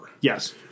Yes